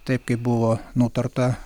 taip kaip buvo nutarta